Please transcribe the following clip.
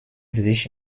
sich